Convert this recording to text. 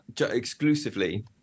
exclusively